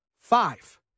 five